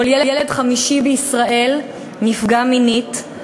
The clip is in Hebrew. כל ילד חמישי בישראל נפגע מינית,